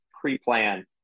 pre-plan